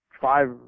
five